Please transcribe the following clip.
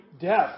death